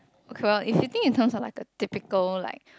oh cannot if you think it sounds of like a typical like